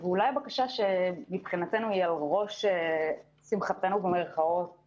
ואולי הבקשה שמבחינתנו היא על ראש שמחתנו מירכאות,